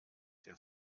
den